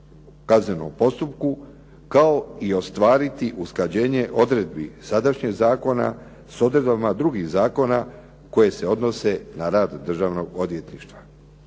kaznenom postupku kao i ostvariti usklađenje odredbi sadašnjeg zakona s odredbama drugih zakona koji se odnose na rad Državnog odvjetništva.